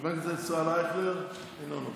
חבר הכנסת ישראל אייכלר, אינו נוכח,